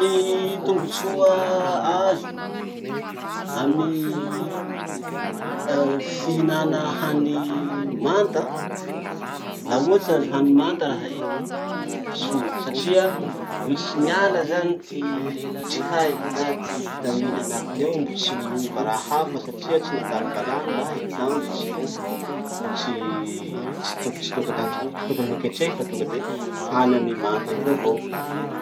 Ty tombotsoa azo amy ah fihinana hany manta: laha ohatsy azo hany manta raha iny, soa, satria mbo tsy niala zany ty otrikay na ty vitaminy anatiny ao mbo tsy miova raha hafa satria tsy nandalo valany raha iny na mbo tsy mbo tsy tsy toko tsy tokony handra- tsy tokony hoketrehy fa tonga de hany amy i manta iny eo avao.